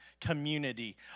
community